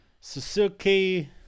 Suzuki